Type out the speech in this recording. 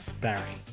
Barry